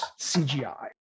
CGI